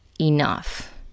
Enough